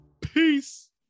peace